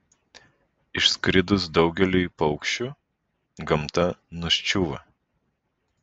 išskridus daugeliui paukščių gamta nuščiūva